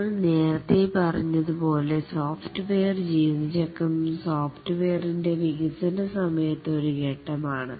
നമ്മൾ നേരത്തെ പറഞ്ഞതുപോലെ സോഫ്റ്റ്വെയർ ജീവിതചക്രം സോഫ്റ്റ്വെയറി ൻറെ വികസന സമയത്ത് ഒരു ഘട്ടമാണ്